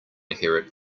inherit